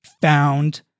found